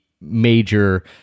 major